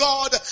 God